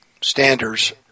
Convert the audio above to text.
standards